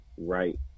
right